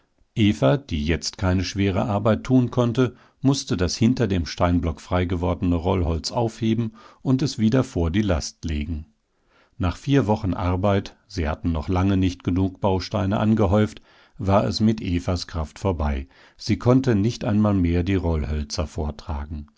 eva die jetzt keine schwere arbeit tun konnte mußte das hinter dem steinblock frei gewordene rollholz aufheben und es wieder vor die last legen nach vier wochen arbeit sie hatten noch lange nicht genug bausteine angehäuft war es mit evas kraft vorbei sie konnte nicht einmal mehr die rollhölzer vortragen